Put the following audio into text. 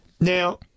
Now